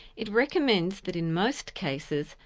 it recommends that in most cases,